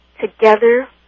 together